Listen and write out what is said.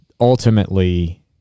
ultimately